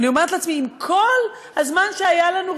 ואני אומרת לעצמי: עם כל הזמן שהיה לנו,